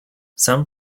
some